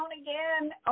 again